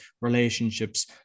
relationships